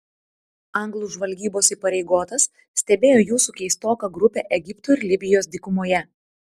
anglų žvalgybos įpareigotas stebėjo jūsų keistoką grupę egipto ir libijos dykumoje